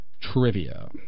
Trivia